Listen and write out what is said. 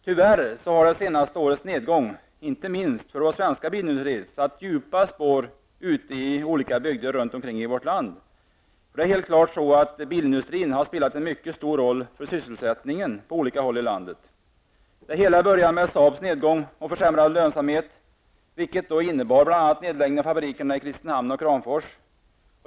Tyvärr har det senaste årets nedgång, inte minst för den svenska bilindustrin, satt djupa spår ute i olika bygder i vårt land. Det är helt klart att bilindustrin har spelat en mycket stor roll för sysselsättningen på olika håll i landet. Det hela började med Saabs nedgång och försämrade lönsamhet, som bl.a. innebar nedläggning av fabrikerna i Kristinehamn och Kramfors.